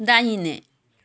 दाहिने